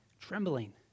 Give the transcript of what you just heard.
trembling